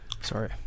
Sorry